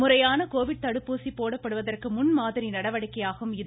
முறையான கோவிட் தடுப்பூசி போடப்படுவதற்கு முன்மாதிரி நடவடிக்கையாகும் இது